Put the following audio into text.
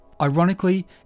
Ironically